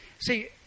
See